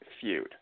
feud